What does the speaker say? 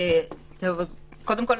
קודם כל,